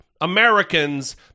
Americans